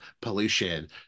pollution